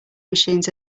machines